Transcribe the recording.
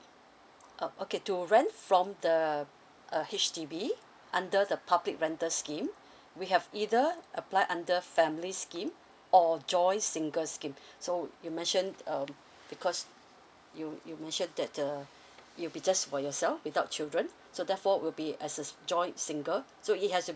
uh okay to rent from the uh H_D_B under the public rental scheme we have either apply under family scheme or joint single scheme so you mentioned uh because you you mentioned that uh it'll be just for yourself without children so therefore will be as a joint single so it has to